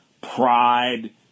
pride